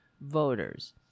voters